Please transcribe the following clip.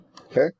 okay